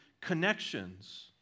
connections